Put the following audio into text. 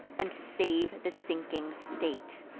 and save the sinking state.